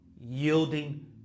yielding